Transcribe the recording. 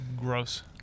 gross